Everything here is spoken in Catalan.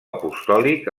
apostòlic